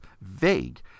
vague